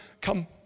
come